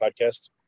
podcast